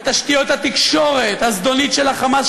בתשתיות התקשורת הזדונית של ה"חמאס",